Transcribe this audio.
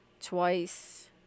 twice